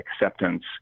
acceptance